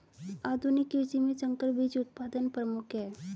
आधुनिक कृषि में संकर बीज उत्पादन प्रमुख है